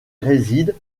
réside